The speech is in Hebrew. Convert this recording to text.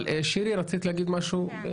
שירי, רצית להגיד משהו?